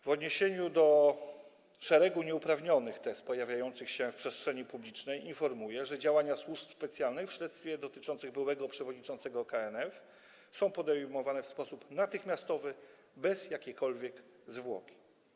W odniesieniu do szeregu nieuprawnionych tez pojawiających się w przestrzeni publicznej informuję, że działania służb specjalnych w śledztwie dotyczącym byłego przewodniczącego KNF są podejmowane w sposób natychmiastowy, bez jakiejkolwiek zwłoki.